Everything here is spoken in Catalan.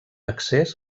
accés